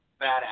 Badass